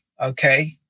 okay